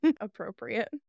Appropriate